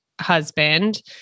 husband